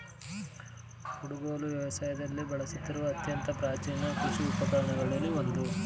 ಕುಡುಗೋಲು ವ್ಯವಸಾಯದಲ್ಲಿ ಬಳಸುತ್ತಿರುವ ಅತ್ಯಂತ ಪ್ರಾಚೀನ ಕೃಷಿ ಉಪಕರಣಗಳಲ್ಲಿ ಒಂದು